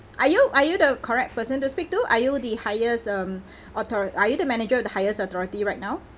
are you are you the correct person to speak to are you the highest um autho~ are you the manager of the highest authority right now